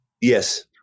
Yes